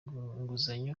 imfunguzo